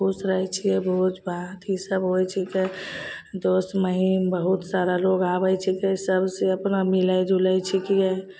खुश रहैत छियै भोज भात ई सभ होइ छिके दोस्त महीम बहुत सारा लोग आबैत छिकै सभसे अपना मिलै जुलै छिकियै